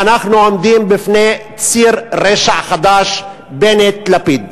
אנחנו עומדים בפני ציר רשע חדש, בנט-לפיד.